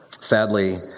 Sadly